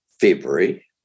February